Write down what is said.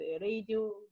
radio